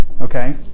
Okay